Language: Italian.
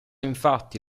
infatti